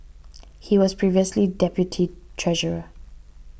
he was previously deputy treasure